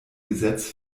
gesetz